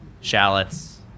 shallots